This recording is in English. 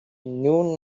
knew